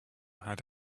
had